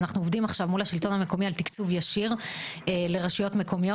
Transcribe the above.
אנחנו עובדים עכשיו מול השלטון המקומי על תקצוב ישיר לרשויות מקומיות.